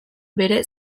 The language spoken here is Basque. bere